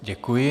Děkuji.